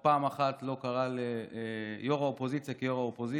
הוא פעם אחת לא קרא ליו"ר האופוזיציה "יו"ר האופוזיציה".